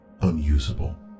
unusable